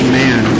man